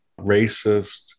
racist